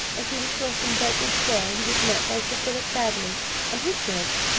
as he was crossing berkeley-square he was met by sir philip baddely and his dog.